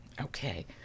Okay